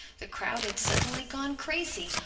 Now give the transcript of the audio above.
the crowd had suddenly gone crazy.